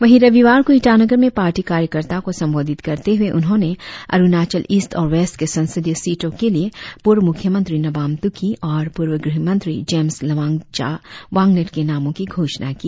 वही रविवार को ईटानगर में पार्टी कार्यकर्ताओं को संबोधित करते हुए उन्होंने अरुणाचल ईस्ट और वेस्ट के संसदीय सीटो के लिए पूर्व मुख्यमंत्री नाबाम तुकी और पूर्व गृह मंत्री जेम्स लोवांगचा वांगलेट के नामों की घोषणा की